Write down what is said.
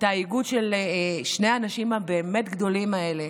אתה איגוד של שני האנשים הבאמת-גדולים האלה.